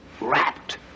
wrapped